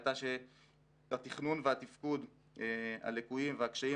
הייתה שבתכנון והתפקוד הליקויים והקשיים